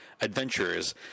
adventurers